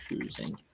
choosing